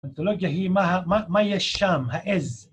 פנטולוגיה היא מה יש שם, העז